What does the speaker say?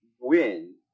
win